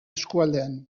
eskualdean